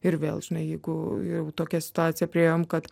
ir vėl žinai jeigu jau tokia situacija priėjom kad